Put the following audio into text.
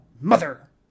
Mother